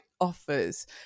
offers